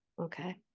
Okay